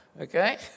Okay